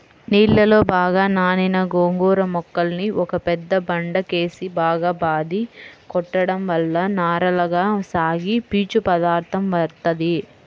నీళ్ళలో బాగా నానిన గోంగూర మొక్కల్ని ఒక పెద్ద బండకేసి బాగా బాది కొట్టడం వల్ల నారలగా సాగి పీచు పదార్దం వత్తది